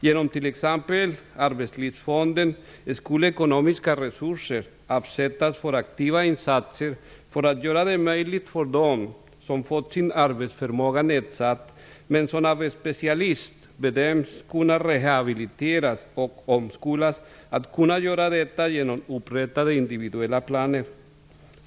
Genom t.ex. Arbetslivsfonden skulle ekonomiska resurser avsättas för aktiva insatser för att göra det möjligt för dem som fått sin arbetsförmåga nedsatt, men som av specialist bedöms kunna rehabiliteras och omskolas att kunna göra detta genom upprättade individuella planer.